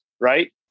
right